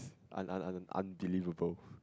un~ un~ un~ unbelievable